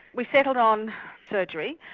we settled on surgery.